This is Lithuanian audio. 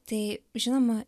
tai žinoma